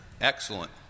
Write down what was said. Excellent